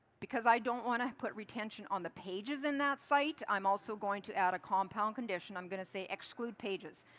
because i don't want to put retention to the pages in that site, i'm also going to add a compound condition. i'm going to say exclude pages.